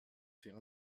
faire